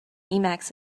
emacs